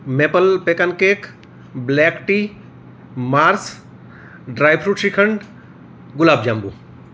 maple pecan cake black tea Mars dry fruit shrikhand gulab jamun